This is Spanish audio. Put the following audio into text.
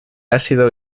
ácido